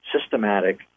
systematic